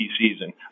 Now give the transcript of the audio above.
season